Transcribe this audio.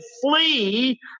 flee